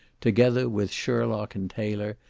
together with sherlock and taylor,